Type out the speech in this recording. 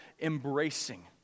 embracing